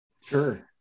Sure